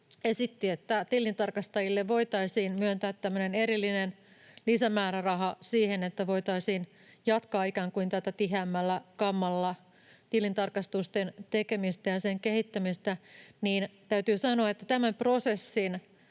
esitti, että tilintarkastajille voitaisiin myöntää tämmöinen erillinen lisämääräraha siihen, että voitaisiin jatkaa tilintarkastusten tekemistä ikään kuin tiheämmällä kammalla ja sen kehittämistä. Täytyy sanoa, että tämän prosessin